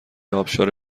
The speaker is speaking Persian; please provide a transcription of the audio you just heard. آبشار